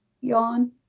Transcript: yawn